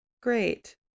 Great